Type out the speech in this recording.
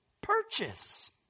purchase